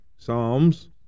Psalms